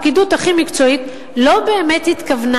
הפקידות הכי מקצועית לא באמת התכוונה